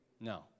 No